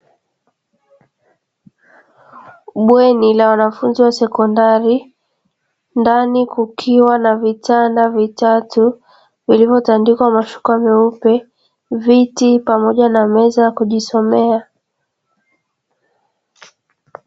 Bweni la wanafunzi wa sekondari, ndani kukiwa na vitanda vitatu vilivyotandikwa mashuka meupe, viti, pamoja na meza ya kujisomea.